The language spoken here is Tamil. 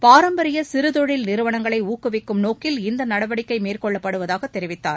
பாரம்பரிய சிறு தொழில் நிறுவனங்களை ஊக்குவிக்கும் நோக்கில் இந்த நடவடிக்கை மேற்கொள்ளப்படுவதாக தெரிவித்தார்